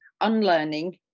unlearning